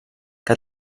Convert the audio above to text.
que